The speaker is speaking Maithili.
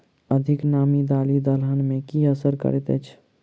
अधिक नामी दालि दलहन मे की असर करैत अछि?